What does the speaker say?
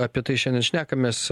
apie tai šiandien šnekamės